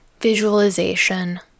visualization